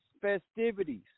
Festivities